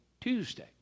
Tuesday